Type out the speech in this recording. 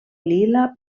lila